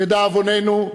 לדאבוננו,